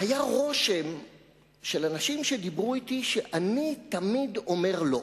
היה לאנשים שדיברו אתי רושם שאני תמיד אומר לא,